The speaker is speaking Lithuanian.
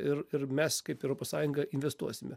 ir ir mes kaip europos sąjunga investuosime